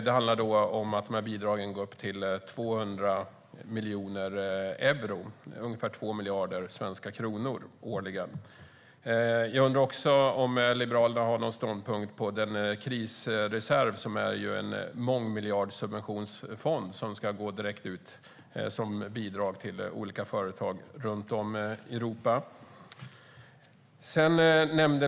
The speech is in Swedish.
Dessa bidrag uppgår till ungefär 200 miljoner euro, alltså ungefär 2 miljarder svenska kronor, årligen. Jag undrar också om Liberalerna har någon ståndpunkt angående den krisreserv som är en mångmiljardssubventionsfond som ska gå direkt som bidrag ut till olika företag runt om i Europa.